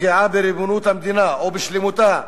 פגיעה בריבונות המדינה או בשלמותה,